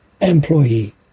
employee